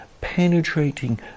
penetrating